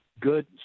good